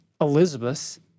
Elizabeth